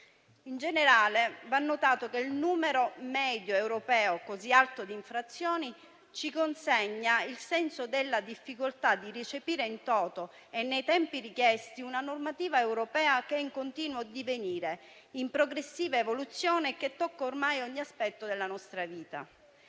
In generale va notato che il numero medio europeo così alto di infrazioni ci consegna il senso della difficoltà di recepire *in toto* e nei tempi richiesti una normativa europea che è in continuo divenire, in progressiva evoluzione e che tocca ormai ogni aspetto della nostra vita.